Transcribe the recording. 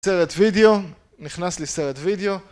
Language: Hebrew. סרט וידאו, נכנס לסרט וידאו.